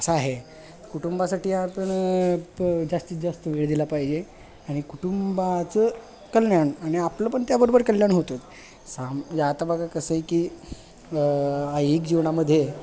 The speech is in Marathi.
असा आहे कुटुंबासाठी आपण प जास्तीत जास्त वेळ दिला पाहिजे आणि कुटुंबाचं कल्याण आणि आपलं पण त्याबरोबर कल्याण होत साम आता बघा कसं आहे की आ एक जीवनामध्ये